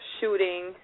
shooting